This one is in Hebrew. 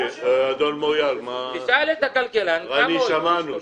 רוני, שמענו.